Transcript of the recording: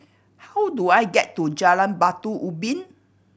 how do I get to Jalan Batu Ubin